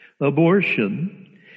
Abortion